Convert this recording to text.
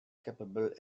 capable